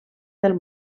del